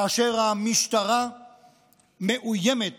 כאשר המשטרה מאוימת